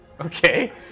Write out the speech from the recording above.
Okay